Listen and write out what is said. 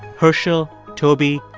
herschel, toby,